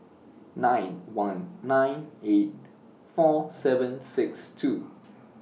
nine one nine eight four seven six two